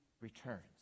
returns